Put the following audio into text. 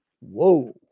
whoa